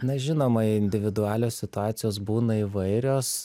na žinoma individualios situacijos būna įvairios